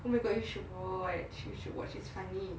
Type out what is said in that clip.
oh my god you should watch you should watch it's funny